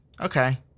Okay